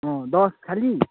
दस खालि